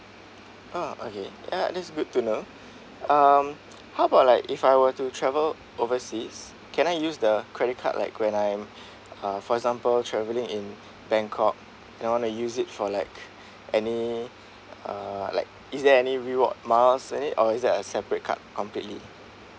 ah okay ya this is good to know um how about like if I were to travel overseas can I use the credit card like when I uh for example travelling in bangkok I want to use it for like any uh like is there any reward miles in it or is it a separate card completely